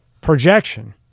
projection